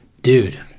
Dude